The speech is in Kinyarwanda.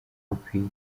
bikwiye